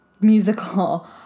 musical